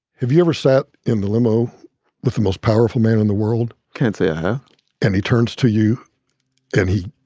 have you ever sat in the limo with the most powerful man in the world? can't say i ah have and he turns to you and he